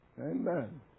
amen